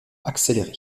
accélérer